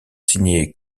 signé